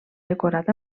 decorat